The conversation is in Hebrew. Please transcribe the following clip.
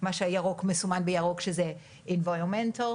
מה שמסומן בירוק, שזה סביבתי או,